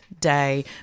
day